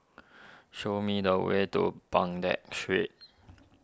show me the way to Baghdad Street